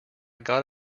got